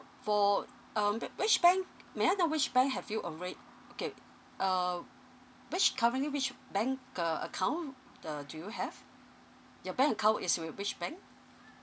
for uh wh~ which bank may I know which bank have you arra~ okay uh which currently which bank uh account uh do you have your bank account is with which bank